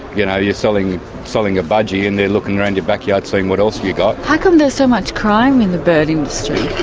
you know, you're selling selling a budgie and they're looking round your backyard seeing what else have you got. how come there's so much crime in the bird industry?